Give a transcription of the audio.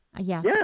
yes